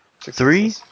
three